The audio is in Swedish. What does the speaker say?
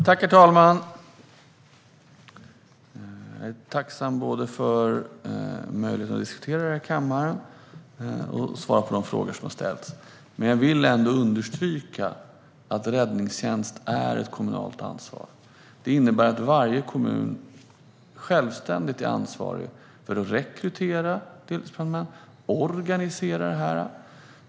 Herr talman! Jag är tacksam för möjligheten att diskutera detta i kammaren och svara på de frågor som ställts. Jag vill ändå understryka att räddningstjänst är ett kommunalt ansvar. Det innebär att varje kommun är självständigt ansvarig för att rekrytera deltidsbrandmän och att organisera det.